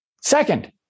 Second